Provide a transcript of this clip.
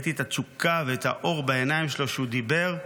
ראיתי את התשוקה ואת האור בעיניים שלו כשהוא דיבר,